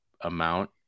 amount